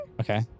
Okay